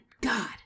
God